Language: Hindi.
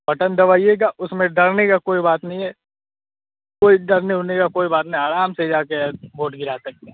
बटन दबाइएगा उसमें डरने का कोई बात नहीं है कोई डरने उरने का कोई बात नहीं आराम से जाकर वोट गिरा सकते हैं